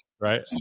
right